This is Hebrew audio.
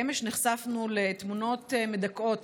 אמש נחשפנו לתמונות מדכאות